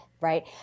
right